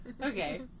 Okay